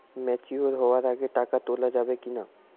Mature হওয়ার আগে টাকা তোলা যাবে কিনা?